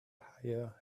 hire